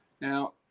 Now